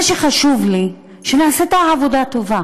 מה שחשוב לי שנעשה את העבודה טוב.